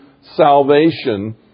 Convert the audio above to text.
salvation